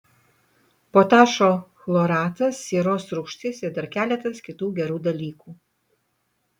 potašo chloratas sieros rūgštis ir dar keletas kitų gerų dalykų